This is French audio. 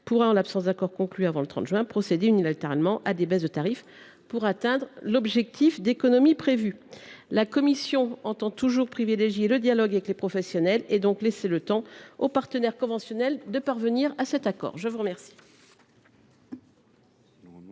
pourra, si aucun n’accord n’est conclu avant le 30 juin, procéder unilatéralement à des baisses de tarifs pour atteindre l’objectif d’économies prévu. La commission entend ainsi privilégier le dialogue avec les professionnels en laissant le temps aux partenaires conventionnels de parvenir à un accord. En ce